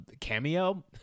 cameo